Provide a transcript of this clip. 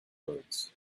birds